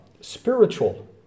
spiritual